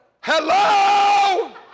Hello